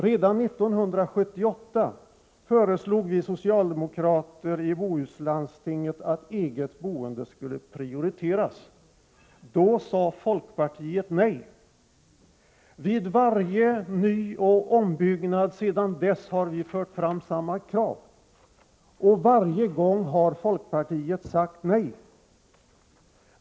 Redan 1978 föreslog vi socialdemokrater i Bohuslandstinget att eget boende skulle prioriteras. Då sade folkpartiet nej. Vid varje nyoch ombyggnad sedan dess har vi fört fram samma krav, och varje gång har folkpartiet sagt nej.